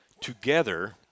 together